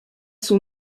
sont